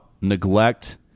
neglect